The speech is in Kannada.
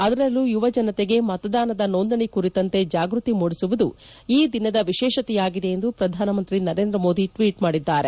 ಅದರಲ್ಲೂ ಯುವ ಜನತೆಗೆ ಮತದಾನದ ನೋಂದಣಿ ಕುರಿತಂತೆ ಜಾಗೃತಿ ಮೂಡಿಸುವುದು ಈ ದಿನದ ವಿಶೇಷತೆಯಾಗಿದೆ ಎಂದು ಪ್ರಧಾನಮಂತ್ರಿ ನರೇಂದ್ರಮೋದಿ ಟ್ವೀಟ್ ಮಾಡಿದ್ದಾರೆ